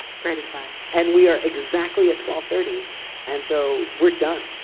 great advice and we are exactly at twelve thirty and so we're done.